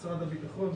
משרד הבטחון,